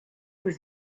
was